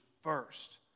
first